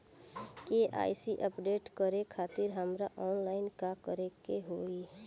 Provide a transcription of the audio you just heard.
KYC update करे खातिर हमरा ऑनलाइन का करे के होई?